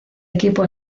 equipo